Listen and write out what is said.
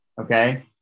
Okay